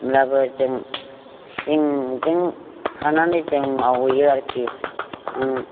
होनब्लाबो जों सिंजों थानानै जों मावहैयो आरोखि आं